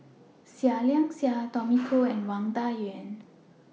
Seah Liang Seah Tommy Koh and Wang Dayuan